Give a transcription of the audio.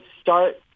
start